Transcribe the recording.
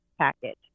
package